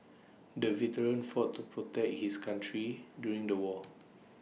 the veteran fought to protect his country during the war